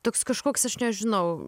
toks kažkoks aš nežinau